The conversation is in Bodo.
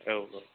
औ औ